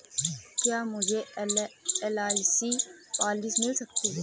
क्या मुझे LIC policy मिल सकती है?